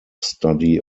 study